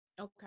Okay